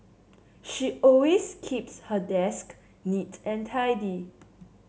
she always keeps her desk neat and tidy